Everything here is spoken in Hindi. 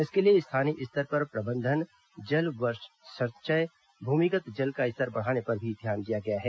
इसके लिए स्थानीय स्तर पर प्रबंधन वर्षा जल संचय भूमिगत जल का स्तर बढ़ाने पर भी ध्यान दिया गया है